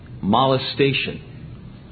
molestation